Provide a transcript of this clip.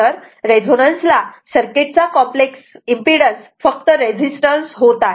तर रेझोनन्सला सर्किट चा कॉम्प्लेक्स इम्पीडन्स फक्त रेझिस्टन्स होत आहे